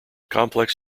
complex